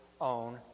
own